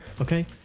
Okay